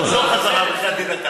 תחזור חזרה, בחייאת דינכ.